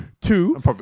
Two